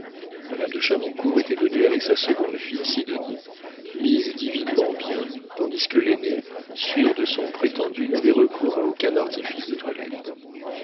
madame de chavoncourt était venue avec sa seconde fille sidonie mise divinement bien tandis que l'aînée sûre de son prétendu n'avait recours à aucun artifice de toilette